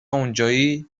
اونجایی